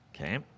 Okay